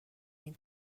این